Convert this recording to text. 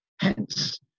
Hence